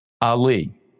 Ali